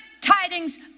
tidings